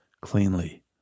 cleanly